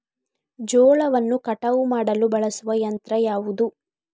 ಜೋಳವನ್ನು ಕಟಾವು ಮಾಡಲು ಬಳಸುವ ಯಂತ್ರ ಯಾವುದು?